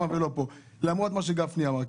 ולא פה, למרות מה שגפני אמר?